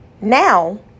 now